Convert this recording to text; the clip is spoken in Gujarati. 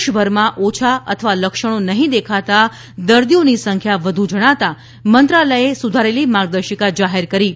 દેશભરમાં ઓછા અથવા લક્ષણો નહીં દેખાતા દર્દીઓની સંખ્યા વધુ જણાતા મંત્રાલયે સુધારેલી માર્ગદર્શિકા જાહેર કરી છે